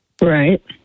Right